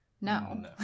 No